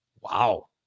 Wow